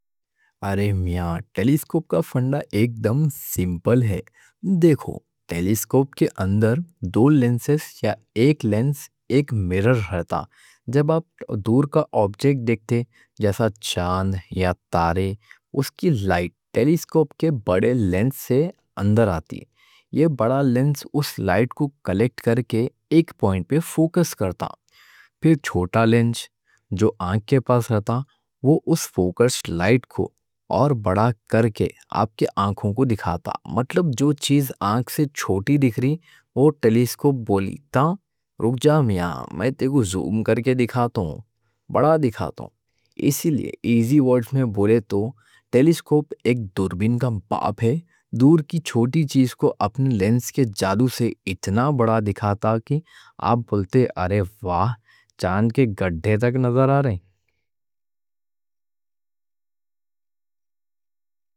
ارے میان، ٹیلیسکوپ کا فنڈا ایک دم سیمپل ہے۔ دیکھو، ٹیلیسکوپ کے اندر دو لینس یا ایک لینس، ایک میرر رہتا۔ جب آپ دور کا آبجیکٹ دیکھتے، جیسا چاند یا تارے، اس کی لائٹ ٹیلیسکوپ کے بڑے لینس سے اندر آتی۔ یہ بڑا لینس اس لائٹ کو کلیکٹ کر کے ایک پوائنٹ پہ فوکس کرتا۔ پھر چھوٹا لینس جو آنکھ کے پاس رہتا، وہ اس فوکس لائٹ کو اور بڑا کر کے آپ کے آنکھوں کو دکھاتا۔ مطلب جو چیز آنکھ سے چھوٹی دیکھ رہی، وہ ٹیلیسکوپ بولی تاں: رک جا، میان، میں تی کو زوم کر کے دکھاتا ہوں، بڑا دکھاتا ہوں۔ اس لئے ایزی وارڈ میں بولے تو، ٹیلیسکوپ ایک دوربین کا باپ ہے، دور کی چھوٹی چیز کو اپنے لینس کے جادو سے اتنا بڑا دکھاتا کہ آپ بولتے: ارے واہ، چاند کے گڑھے تک نظر آ رہے ہیں۔